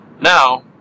Now